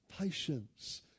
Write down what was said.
patience